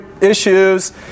issues